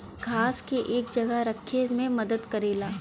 घास के एक जगह रखे मे मदद करेला